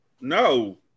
no